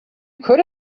could